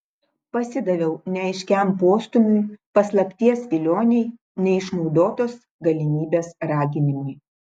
pasidaviau neaiškiam postūmiui paslapties vilionei neišnaudotos galimybės raginimui